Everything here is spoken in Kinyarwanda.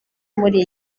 muri